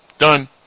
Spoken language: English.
Done